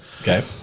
Okay